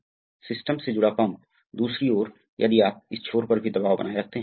तो अब क्या है अब फिर से V V1 V2 V2 Yes V1 V1 V2 है अतः यह V1 V1KK 1V2 है अतः यह K - 1 V2 जो कि बराबर है